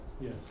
Yes